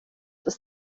ist